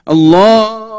Allah